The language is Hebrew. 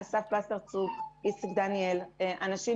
אסף וסרצוק ויצחק דניאל, אנשים